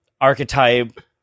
archetype